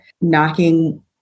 knocking